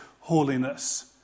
holiness